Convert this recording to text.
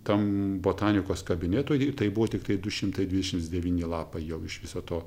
tam botanikos kabinetui tai buvo tiktai du šimtai dvidešimt devyni lapai jau iš viso to